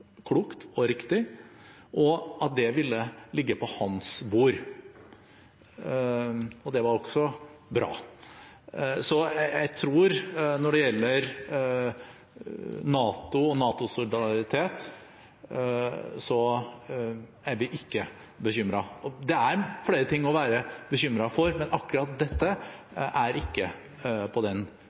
klokt og riktig – og at det ville ligge på hans bord. Det var også bra. Så jeg tror at når det gjelder NATO og NATO-solidaritet, er vi ikke bekymret. Det er flere ting å være bekymret for, men akkurat dette er ikke på den